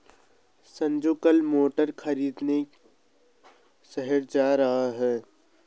संजू कल मोटर खरीदने शहर जा रहा है